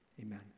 amen